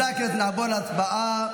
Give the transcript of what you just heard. גם אם צריך להבהיר את זה ליועצים המשפטיים,